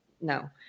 no